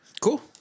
Cool